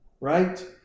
right